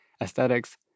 aesthetics